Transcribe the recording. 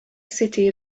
city